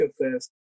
confess